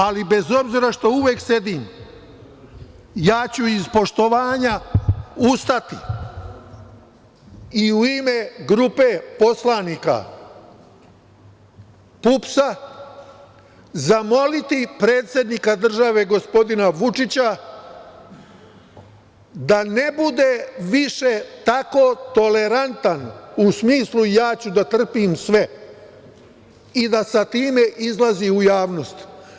Ali, bez obzira što uvek sedim, ja ću iz poštovanja ustati i u ime grupe poslanika PUPS-a zamoliti predsednika države gospodina Vučića, da ne bude više tako tolerantan u smislu - ja ću da trpim sve i da sa time izlazi u javnost.